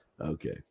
Okay